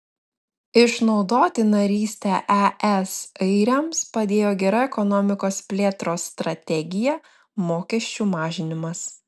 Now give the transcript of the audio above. išnaudoti narystę es airiams padėjo gera ekonomikos plėtros strategija mokesčių mažinimas